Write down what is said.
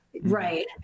Right